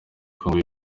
congo